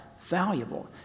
valuable